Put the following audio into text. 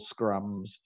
scrums